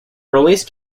released